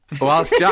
whilst